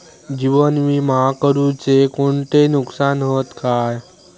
जीवन विमा करुचे कोणते नुकसान हत काय?